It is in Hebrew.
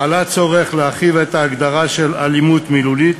עלה הצורך להרחיב את ההגדרה של אלימות מילולית